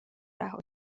رها